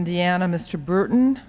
indiana mr burton